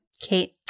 Kate